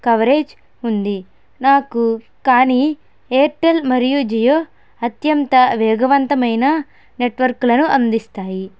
coverage ఉంది నాకు కానీ ఎయిర్టెల్ మరియు జియో అత్యంత వేగవంతమైన నెట్వర్క్లను అందిస్తాయి